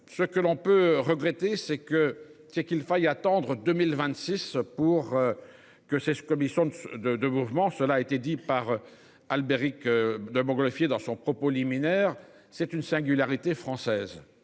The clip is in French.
Ce que l'on peut regretter, c'est que, c'est qu'il faille attendre 2026 pour. Que ces commissions de de de mouvement, cela a été dit par Albéric de Montgolfier dans son propos liminaire. C'est une singularité française.